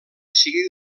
sigui